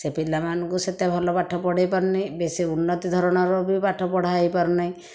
ସେ ପିଲାମାନଙ୍କୁ ସେତେ ଭଲ ପାଠ ପଢ଼େଇପାରୁନି ବେଶି ଉନ୍ନତି ଧରଣର ବି ପାଠପଢ଼ା ହେଇପାରୁ ନାହିଁ